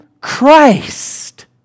Christ